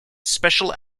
special